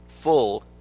full